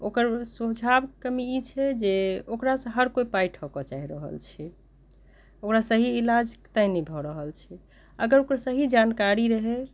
ओकर सुझावके कमी ई छै जे ओकरासँ हर कोइ पाइ ठकय चाहि रहल छै ओकरा सही इलाज तैँ नहि भऽ रहल छै अगर ओकर सही जानकारी रहै